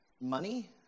money